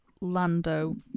Lando